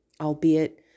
albeit